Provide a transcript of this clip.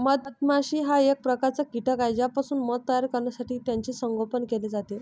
मधमाशी हा एक प्रकारचा कीटक आहे ज्यापासून मध तयार करण्यासाठी त्याचे संगोपन केले जाते